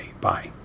Bye